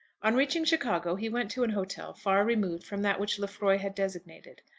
on reaching chicago he went to an hotel far removed from that which lefroy had designated.